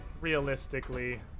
realistically